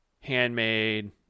handmade